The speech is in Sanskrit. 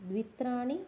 द्वित्राणि